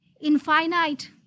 infinite